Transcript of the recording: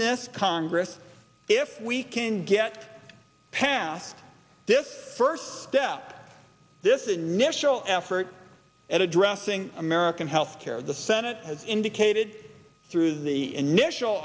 this congress if we can get past this first step this initial effort at addressing american health care the senate has indicated through the initial